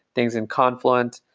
things in confluent.